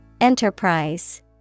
Enterprise